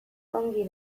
ongi